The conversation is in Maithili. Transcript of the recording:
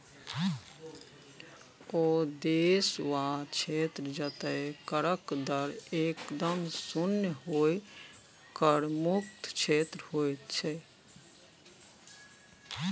ओ देश वा क्षेत्र जतय करक दर एकदम शुन्य होए कर मुक्त क्षेत्र होइत छै